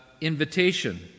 invitation